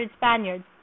spaniards